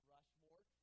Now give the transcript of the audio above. Rushmore